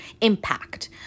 impact